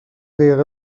دقیقه